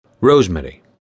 Rosemary